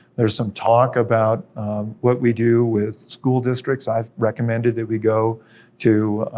there's some talk about what we do with school districts. i've recommended that we go to,